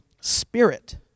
spirit